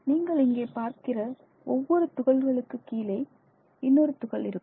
நீங்கள் இங்கே பார்க்கிற ஒவ்வொரு துகள்களுக்கு கீழே இன்னொரு துகள் இருக்கும்